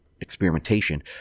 experimentation